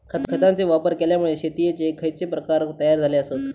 खतांचे वापर केल्यामुळे शेतीयेचे खैचे प्रकार तयार झाले आसत?